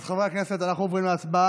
אז חברי הכנסת, אנחנו עוברים להצבעה.